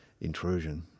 intrusion